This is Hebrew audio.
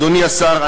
אדוני השר,